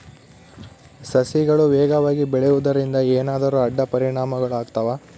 ಸಸಿಗಳು ವೇಗವಾಗಿ ಬೆಳೆಯುವದರಿಂದ ಏನಾದರೂ ಅಡ್ಡ ಪರಿಣಾಮಗಳು ಆಗ್ತವಾ?